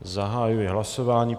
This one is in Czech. Zahajuji hlasování.